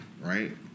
Right